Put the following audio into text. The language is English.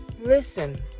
listen